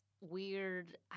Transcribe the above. weird